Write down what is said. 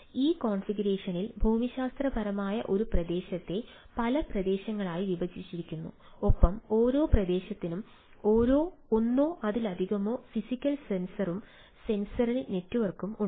ഈ കോൺഫിഗറേഷനിൽ ഭൂമിശാസ്ത്രപരമായ ഒരു പ്രദേശത്തെ പല പ്രദേശങ്ങളായി വിഭജിച്ചിരിക്കുന്നു ഒപ്പം ഓരോ പ്രദേശത്തിനും ഒന്നോ അതിലധികമോ ഫിസിക്കൽ സെൻസറും സെൻസറി നെറ്റ്വർക്കും ഉണ്ട്